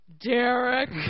Derek